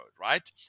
right